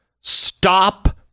stop